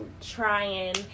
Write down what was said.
trying